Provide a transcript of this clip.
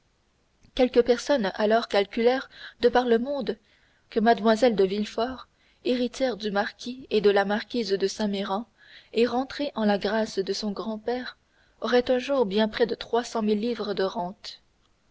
quelques personnes alors calculèrent de par le monde que mlle de villefort héritière du marquis et de la marquise de saint méran et rentrée en la grâce de son grand-père aurait un jour bien près de trois cent mille livres de rente